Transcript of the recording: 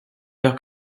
l’air